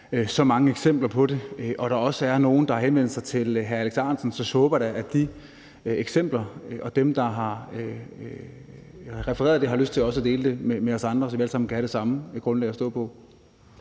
så mange eksempler på det, og at der også er nogle, der har henvendt sig til hr. Alex Ahrendtsen, så håber jeg da, at dem, der har sagt det, også har lyst til at dele det med os andre, så vi alle sammen kan have det samme grundlag at stå på.